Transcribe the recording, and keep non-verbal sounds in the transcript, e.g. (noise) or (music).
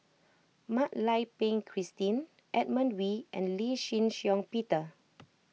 Mak Lai Peng Christine Edmund Wee and Lee Shih Shiong Peter (noise)